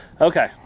okay